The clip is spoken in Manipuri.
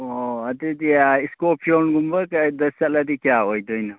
ꯑꯣ ꯑꯗꯨꯗꯤ ꯏꯁꯀꯣꯔꯄꯤꯌꯣꯟꯒꯨꯝꯕ ꯀꯩꯗ ꯆꯠꯂꯗꯤ ꯀꯌꯥ ꯑꯣꯏꯗꯣꯏꯅꯣ